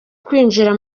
kwinjira